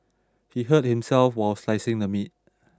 he hurt himself while slicing the meat